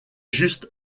juste